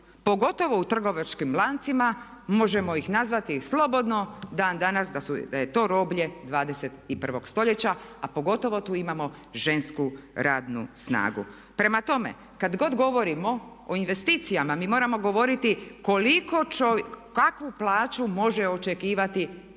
pogotovo u trgovačkim lancima možemo ih nazvati slobodno dan danas da je to roblje 21.stoljeća, a pogotovo tu imamo žensku radnu snagu. Prema tome, kad god govorimo o investicijama mi moramo govoriti koliko čovjek, kakvu plaću može očekivati zaposleni?